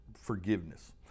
forgiveness